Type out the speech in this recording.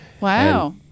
Wow